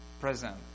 present